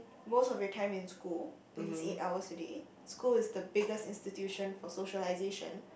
most of your time in school at least eight hours a day school is the biggest institution for socialisation